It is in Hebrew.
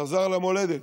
חזר למולדת.